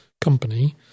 company